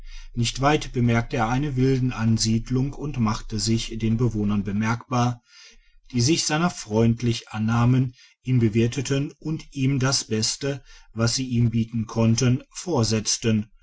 nicht weit bemerkte er eine wilden ansiedlung und machte sich den bewohnern bemerkbar die sich seiner freundlich annahmen ihn bewirteten und ihm das beste was sie ihm bieten konnten vorsetzten